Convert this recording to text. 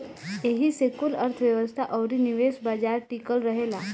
एही से कुल अर्थ्व्यवस्था अउरी निवेश बाजार टिकल रहेला